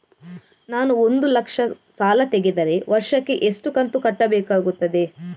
ನಾನು ಒಂದು ಲಕ್ಷ ಸಾಲ ತೆಗೆದರೆ ವರ್ಷಕ್ಕೆ ಎಷ್ಟು ಕಂತು ಕಟ್ಟಬೇಕಾಗುತ್ತದೆ?